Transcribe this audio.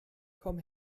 komm